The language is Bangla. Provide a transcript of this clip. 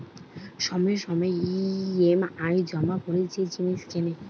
সময়ে সময়ে ই.এম.আই জমা করে যে জিনিস কেনে